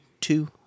two